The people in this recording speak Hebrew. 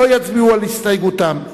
לא יצביעו על הסתייגותם,